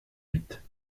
huit